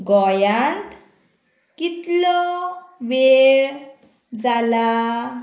गोंयांत कितलो वेळ जाला